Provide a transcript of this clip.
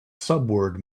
subword